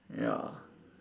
ya